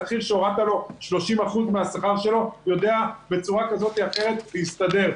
שכיר שהורדת לו 30% מהשכר שלו יודע בצורה כזאת או אחרת להסתדר.